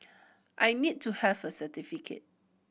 I need to have a certificate